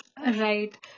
Right